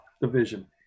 division